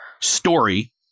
story